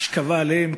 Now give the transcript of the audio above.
אשכבה עליהם,